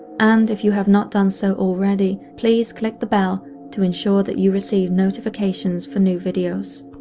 and, if you have not done so already, please click the bell to ensure that you receive notifications for new videos.